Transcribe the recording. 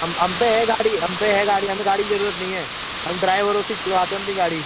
हम हम पर है गाड़ी हम पर है गाड़ी हमें गाड़ी की ज़रूरत नहीं है हम ड्राइवरों से ही चलवाते हैं अपनी गाड़ी